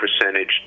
percentage